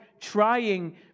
trying